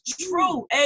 true